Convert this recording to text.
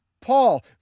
Paul